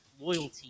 loyalty